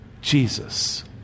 Jesus